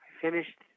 finished